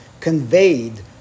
conveyed